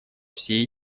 все